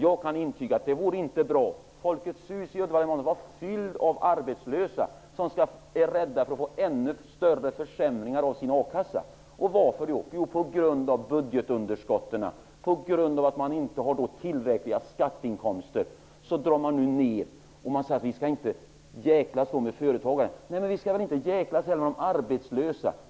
Jag kan intyga att det inte vore bra. Jag har varit på ett möte i Folkets hus i Uddevalla som var fyllt av arbetslösa som var rädda att få ännu större försämringar av sin a-kasseersättning. Varför? Jo, på grund av budgetunderskotten. På grund av att man inte har tillräckliga skatteinkomster drar man nu ned och säger att vi inte skall jäklas med företagen. Nej, men vi skall väl inte jäklas med de arbetslösa heller?